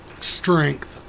strength